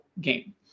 game